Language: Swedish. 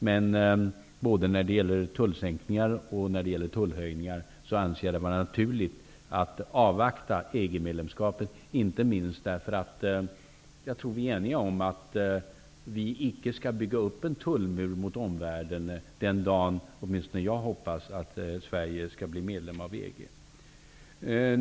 Men både när det gäller tullsänkningar och när det gäller tullhöjningar anser jag det vara naturligt att avvakta EG-medlemskapet, inte minst därför att jag tror att vi är eniga om att vi inte skall bygga upp en tullmur mot omvärlden inför den dag då åtminstone jag hoppas att Sverige skall bli medlem av EG.